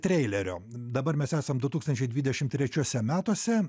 treilerio dabar mes esam du tūkstančiai dvidešim trečiuose metuose